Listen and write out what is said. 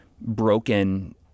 broken